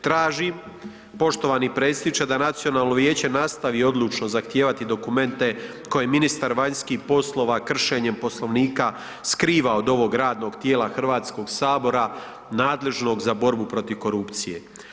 Tražim, poštovani predsjedniče, da Nacionalno vijeće nastavi odlučno zahtijevati dokumente koje ministar vanjskih poslova kršenjem Poslovnika skriva od ovog radnog tijela Hrvatskoga sabora, nadležnog za borbu protiv korupcije.